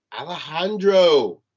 Alejandro